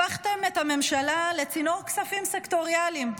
הפכתם את הממשלה לצינור כספים סקטוריאליים,